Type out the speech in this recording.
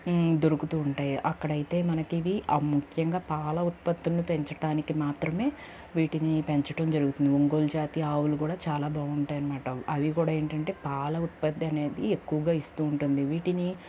దొరుకుతూ ఉంటాయి అక్కడ అయితే మనకివి ఆ ముఖ్యంగా పాల ఉత్పత్తులను పెంచటానికి మాత్రమే వీటిని పెంచడం జరుగుతుంది ఒంగోలు జాతి ఆవులు కూడా చాలా బాగుంటాయనమాట అవి కూడా ఏంటంటే పాల ఉత్పత్తి అనేది ఎక్కువగా ఇస్తూ ఉంటుంది వీటిని